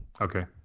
Okay